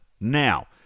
Now